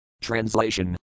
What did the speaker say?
Translation